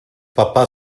papá